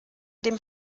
dem